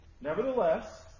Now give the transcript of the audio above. Nevertheless